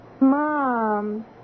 Mom